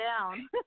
down